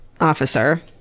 officer